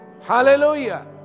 Hallelujah